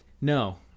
No